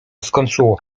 skończyło